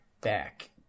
back